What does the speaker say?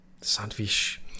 Sandwich